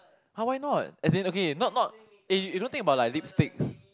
ah why not as in okay not not eh you don't think about like lipsticks